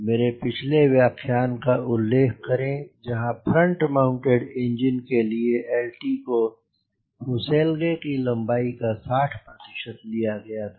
मेरे पिछले व्याख्यान का उल्लेख करें जहाँ फ्रंट माउंटेड इंजन के लिए lt को फुसेलगे की लम्बाई का 60 प्रतिशत लिया गया था